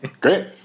Great